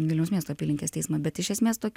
vilniaus miesto apylinkės teismą bet iš esmės tok